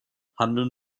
handeln